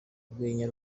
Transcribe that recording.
urwenya